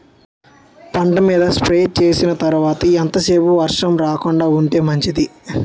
పంట మీద స్ప్రే చేసిన తర్వాత ఎంత సేపు వర్షం రాకుండ ఉంటే మంచిది?